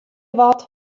wat